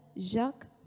Jacques